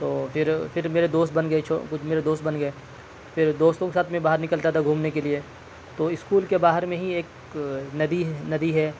تو پھر پھر میرے دوست بن گیے چھو کچھ میرے دوست بن گیے میرے دوستوں کے ساتھ میں باہر نکلتا تھا گھومنے کے لیے تو اسکول کے باہر میں ہی ایک ندی ہے ندی ہے